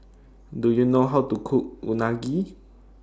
Do YOU know How to Cook Unagi